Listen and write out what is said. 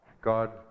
God